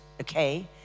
okay